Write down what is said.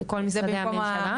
כל זה דרך משרדי הממשלה.